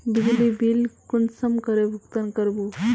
बिजली बिल कुंसम करे भुगतान कर बो?